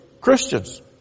Christians